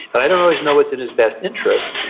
but i don't always know what's in his best interest,